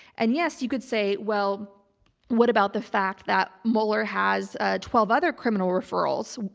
and yes, you could say, well what about the fact that mueller has ah twelve other criminal referrals?